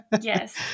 Yes